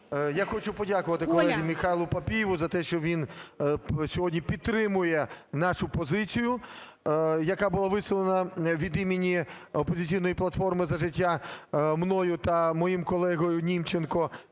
Я хочу подякувати колезі Михайлу Папієву за те, що він сьогодні підтримує нашу позицію, яка була висловлена від імені "Опозиційної платформи – За життя" мною та моїм колегою Німченком